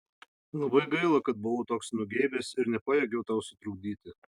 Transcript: labai gaila kad buvau toks nugeibęs ir nepajėgiau tau sutrukdyti